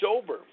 sober